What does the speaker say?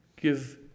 Give